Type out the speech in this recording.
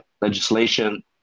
legislation